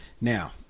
now